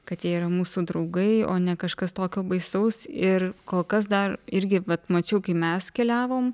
kad jie yra mūsų draugai o ne kažkas tokio baisaus ir kol kas dar irgi vat mačiau kai mes keliavom